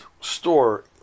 store